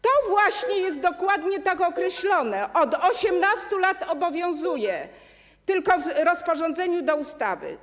To właśnie jest dokładnie tak określone, od 18 lat to obowiązuje, tylko w rozporządzeniu do ustawy.